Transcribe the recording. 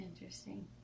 interesting